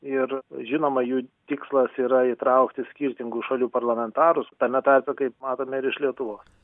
ir žinoma jų tikslas yra įtraukti skirtingų šalių parlamentarus tame tarpe kaip matome ir iš lietuvos